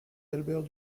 albert